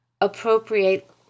Appropriate